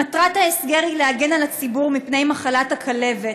מטרת ההסגר היא להגן על הציבור מפני מחלת הכלבת,